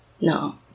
no